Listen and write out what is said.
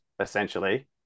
essentially